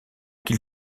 qu’il